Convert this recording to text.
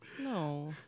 No